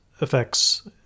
effects